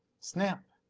snap!